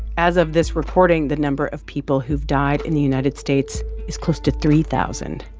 as of this reporting, the number of people who've died in the united states is close to three thousand.